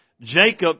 Jacob